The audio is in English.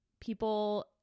People